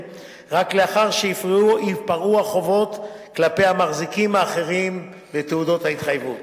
רק לאחר שייפרעו החובות כלפי המחזיקים האחרים בתעודות ההתחייבות.